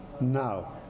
now